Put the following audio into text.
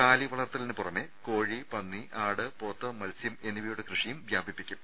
കാലി വളർത്തലിന് പുറമെ കോഴി പന്നി ആട് പോത്ത് മത്സ്യം എന്നിവയുടെ കൃഷിയും വ്യാപിപ്പിക്കും